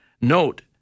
Note